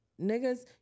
niggas